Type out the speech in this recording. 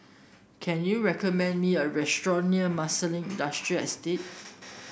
can you recommend me a restaurant near Marsiling Industrial Estate